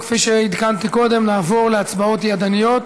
כפי שעדכנתי קודם, אנחנו נעבור להצבעות ידניות,